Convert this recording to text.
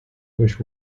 which